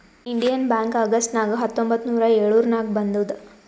Indian Bank August ನಾಗ್ ಹತ್ತೊಂಬತ್ತ್ ನೂರಾ ಎಳುರ್ನಾಗ್ ಬಂದುದ್